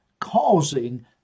causing